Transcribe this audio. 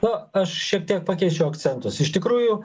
na aš šiek tiek pakeisčiau akcentus iš tikrųjų